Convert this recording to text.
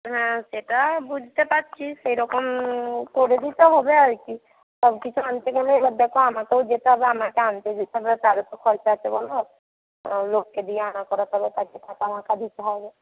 হ্যাঁ সেটা বুঝতে পারছি সেইরকম করে দিতে হবে আর কি সব কিছু আনতে গেলে এবার দেখো আমাকেও যেতে হবে আমাকে আনতে যেতে হবে তারও তো খরচা আছে বলো লোককে দিয়ে আনা করাতে হবে তাকে টাকা মাকা দিতে হবে